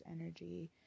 energy